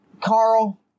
Carl